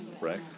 right